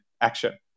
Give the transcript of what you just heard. action